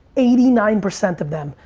eighty nine percent of them,